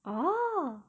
orh